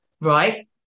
Right